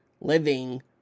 living